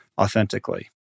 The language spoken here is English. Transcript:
authentically